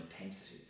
intensities